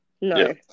No